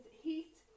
Heat